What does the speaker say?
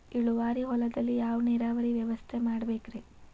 ಇಳುವಾರಿ ಹೊಲದಲ್ಲಿ ಯಾವ ನೇರಾವರಿ ವ್ಯವಸ್ಥೆ ಮಾಡಬೇಕ್ ರೇ?